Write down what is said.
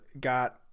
got